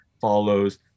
follows